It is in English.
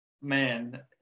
man